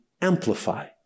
amplify